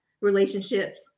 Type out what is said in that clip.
relationships